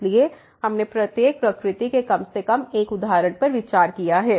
इसलिए हमने प्रत्येक प्रकृति के कम से कम 1 उदाहरण पर विचार किया है